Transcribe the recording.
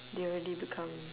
they already become